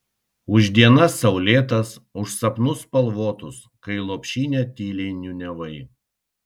už dienas saulėtas už sapnus spalvotus kai lopšinę tyliai niūniavai